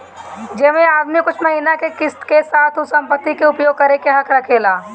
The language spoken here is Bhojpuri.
जेमे आदमी कुछ महिना के किस्त के साथ उ संपत्ति के उपयोग करे के हक रखेला